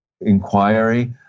inquiry